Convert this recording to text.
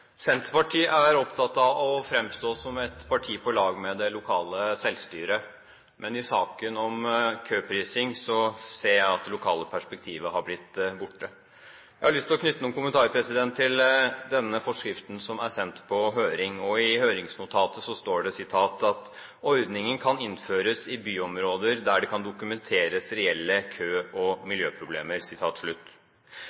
Senterpartiet er opptatt av å fremstå som et parti på lag med det lokale selvstyre. Men i saken om køprising ser jeg at det lokale perspektivet har blitt borte. Jeg har lyst å knytte noen kommentarer til denne forskriften som er sendt på høring. I høringsnotatet står det at «ordningen kan innføres i byområder der det kan dokumenteres reelle kø- og